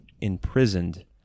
imprisoned